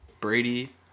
Brady